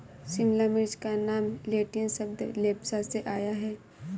शिमला मिर्च का नाम लैटिन शब्द लेप्सा से आया है